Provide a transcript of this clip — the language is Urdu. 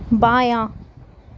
بایاں